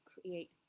create